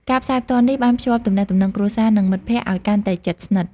ការផ្សាយផ្ទាល់នេះបានភ្ជាប់ទំនាក់ទំនងគ្រួសារនិងមិត្តភក្តិឱ្យកាន់តែជិតស្និទ្ធ។